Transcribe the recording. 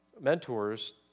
mentors